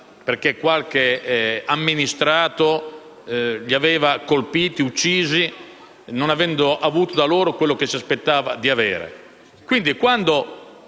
perché qualche amministrato li aveva colpiti e uccisi, non avendo avuto da loro quello che si aspettava di avere. Quindi, quando